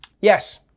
Yes